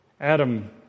Adam